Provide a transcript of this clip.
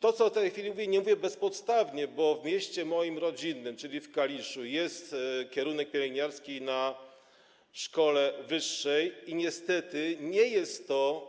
Tego, co w tej chwili mówię, nie mówię bezpodstawnie, bo w moim rodzinnym mieście, czyli w Kaliszu, jest kierunek pielęgniarski w szkole wyższej i niestety nie jest to